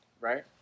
right